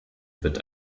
wird